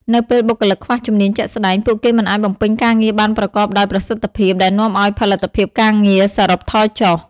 នៅពេលបុគ្គលិកខ្វះជំនាញជាក់ស្តែង ពួកគេមិនអាចបំពេញការងារបានប្រកបដោយប្រសិទ្ធភាព ដែលនាំឱ្យផលិតភាពការងារសរុបថយចុះ។